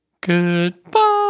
Goodbye